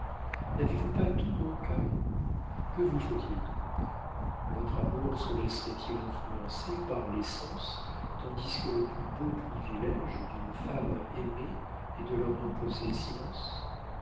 n'avez-vous pas tout mon cœur que vous faut-il donc votre amour se laisserait il influencer par les sens tandis que le plus beau privilége d'une femme aimée est de leur imposer silence